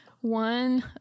One